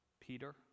Peter